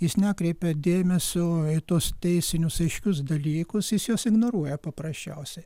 jis nekreipia dėmesio į tuos teisinius aiškius dalykus jis juos ignoruoja paprasčiausiai